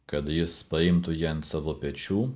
kad jis paimtų jį ant savo pečių